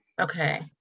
Okay